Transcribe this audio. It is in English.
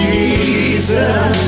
Jesus